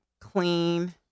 clean